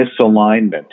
misalignment